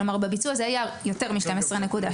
כלומר בביצוע זה היה יותר מ-12.6.